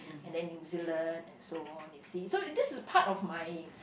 and then New-Zealand and so on and see so this is part of my